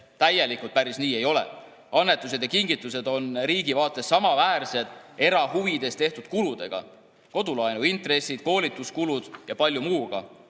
see päris nii ei ole. Annetused ja kingitused on riigi vaates samaväärsed erahuvides tehtud kuludega – kodulaenuintressid, koolituskulud jpm.